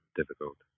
difficult